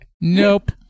Nope